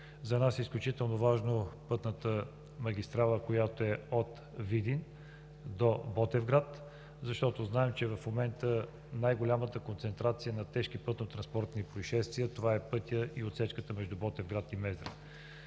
България и пътната магистрала, която е от Видин до Ботевград, защото знаем, че в момента най-голямата концентрация на тежки пътнотранспортни произшествия е пътят в отсечката между Ботевград и Мездра.